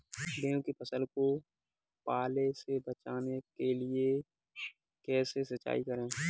गेहूँ की फसल को पाले से बचाने के लिए कैसे सिंचाई करें?